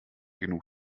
genug